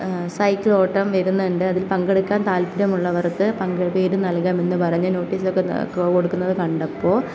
cycle ഓട്ടം വരുന്നുണ്ട് അതിൽ പങ്കെടുക്കാൻ താല്പര്യമുള്ളവർക്ക് പേര് നൽകാം എന്ന് പറഞ്ഞ് നോട്ടീസൊക്കെ കൊടുക്കുന്നത് കണ്ടപ്പോൾ